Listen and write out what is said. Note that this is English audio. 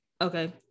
okay